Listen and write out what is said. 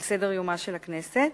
על סדר-יומה של הכנסת,